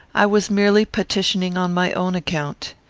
i was merely petitioning on my own account.